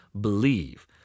believe